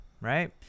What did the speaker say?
Right